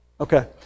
Okay